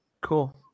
Cool